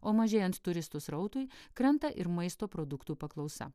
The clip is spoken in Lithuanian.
o mažėjant turistų srautui krenta ir maisto produktų paklausa